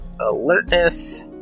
Alertness